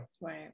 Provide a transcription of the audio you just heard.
Right